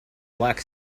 black